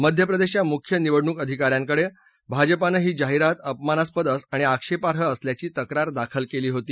मध्यप्रदेशच्या मुख्य निवडणूक अधिकाऱ्यांकडे भाजपानं ही जाहिरात अपमानास्पद आणि आक्षेपाई असल्याची तक्रार दाखल केली होती